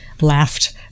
laughed